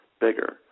bigger